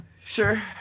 Sure